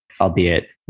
albeit